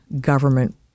government